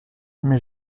mais